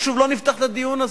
אבל שוב, לא נפתח את הדיון הזה.